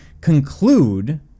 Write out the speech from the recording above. conclude